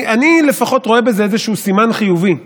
אני לפחות רואה בזה איזה סימן חיובי.